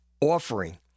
offering